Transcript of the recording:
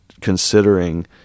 considering